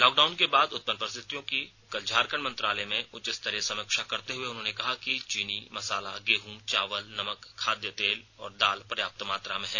lockdown के बाद उत्पन्न परिस्थितियों की कल झारखंड मंत्रालय में उच्चस्तरीय समीक्षा करते हुए उन्होंने कहा कि चीनी मसाला गेंहू चावल नमक खाद्य तेल और दाल पर्याप्त मात्रा में है